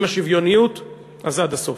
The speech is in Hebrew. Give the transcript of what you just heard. אם שוויוניות אז עד הסוף.